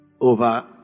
over